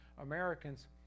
Americans